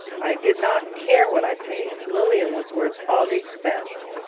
i did not care what i paid lilian was worth all the expense!